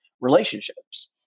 relationships